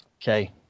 okay